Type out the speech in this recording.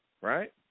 Right